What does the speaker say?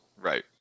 Right